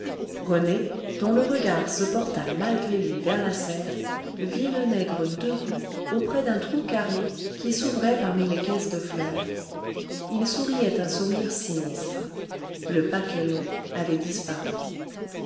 rené dont le regard se porta malgré lui vers la serre vit le nègre debout auprès d'un trou carré qui s'ouvrait parmi caisses de fleurs il souriait un sourire sinistre le paquet long avait disparu